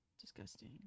Disgusting